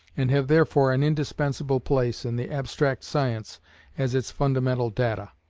and have therefore an indispensable place in the abstract science as its fundamental data.